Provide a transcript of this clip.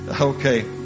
okay